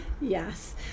Yes